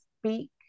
speak